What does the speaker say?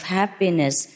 happiness